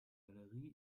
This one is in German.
galerie